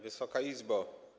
Wysoka Izbo!